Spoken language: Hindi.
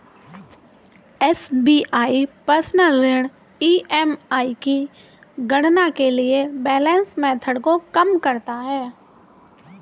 एस.बी.आई पर्सनल ऋण ई.एम.आई की गणना के लिए बैलेंस मेथड को कम करता है